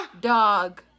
Dog